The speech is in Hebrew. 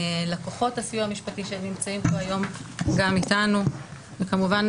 לקוחות הסיוע המשפטי שנמצאים פה היום כאן איתנו וכמובן,